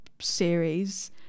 series